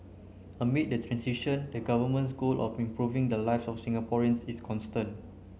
amid the transition the Government's goal of improving the lives of Singaporeans is constant